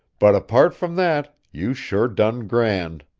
but apart from that, you sure done grand.